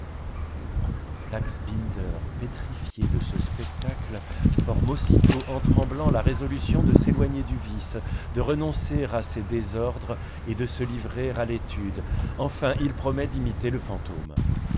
flaxbinder pétrifié de ce spectacle forme aussitôt en tremblant la résolution de s'éloigner du vice de renoncer à ses désordres et de se livrer à l'étude enfin il promet d'imiter le fantôme